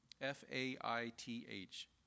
F-A-I-T-H